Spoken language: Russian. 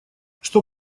что